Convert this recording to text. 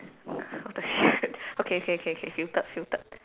what the shit okay okay okay filtered filtered